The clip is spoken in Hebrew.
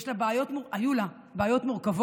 יש לה בעיות, היו לה בעיות מורכבות,